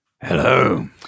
Hello